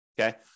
Okay